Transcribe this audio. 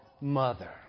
mother